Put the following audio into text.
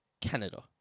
Canada